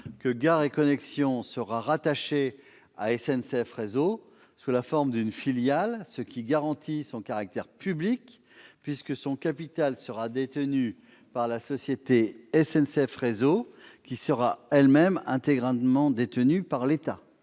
que Gares & Connexions sera rattaché à SNCF Réseau, sous la forme d'une filiale. Cela garantit son caractère public, puisque son capital sera détenu par la société SNCF Réseau, qui sera elle-même intégralement détenue par l'État